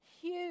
huge